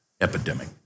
epidemic